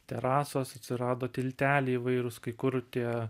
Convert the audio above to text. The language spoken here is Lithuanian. terasos atsirado tilteliai įvairūs kai kur tie